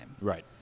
Right